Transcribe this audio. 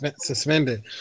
suspended